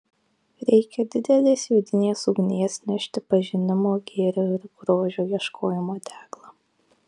reikia didelės vidinės ugnies nešti pažinimo gėrio ir grožio ieškojimo deglą